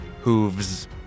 Hooves